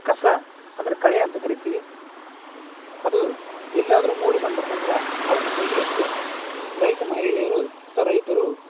ಕಸ ಅಂದ್ರೆ ಕಳೆ ಅಂತ ಕರಿತೀವಿ ಅದು ಎಲ್ಲಿಯಾದ್ರೂ ಮೂಡಿ ಬಂತಪ್ಪ ಅಂದ್ರ ಅದನ್ನು ತೆಗೀಲಿಕ್ಕೆ ರೈತ ಮಹಿಳೆಯರು ಅಥ್ವಾ ರೈತರು